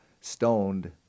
stoned